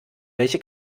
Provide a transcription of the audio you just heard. welche